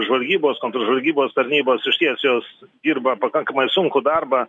žvalgybos kontržvalgybos tarnybos išties jos dirba pakankamai sunkų darbą